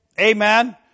Amen